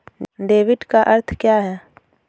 Debit का अर्थ क्या है?